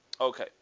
Okay